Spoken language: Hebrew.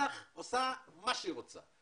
אל"ח עושה מה שהיא רוצה.